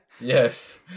yes